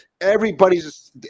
Everybody's